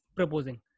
proposing